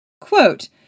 Quote